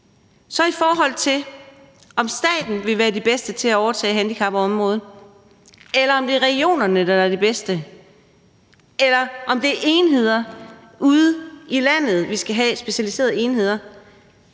Så i forhold til det med, om staten vil være den bedste til at overtage handicapområdet, eller om det er regionerne, der vil være de bedste, eller om det skal være specialiserede enheder